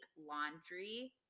laundry